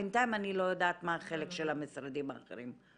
בינתיים אני לא יודעת מה החלק של המשרדים האחרים.